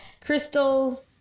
Crystal